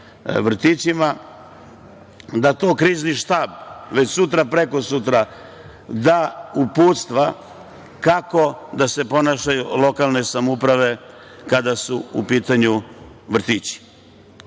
vrtićima, da to krizni štab već sutra, prekosutra da uputstva kako da se ponašaju lokalne samouprave kada su u pitanju vrtići.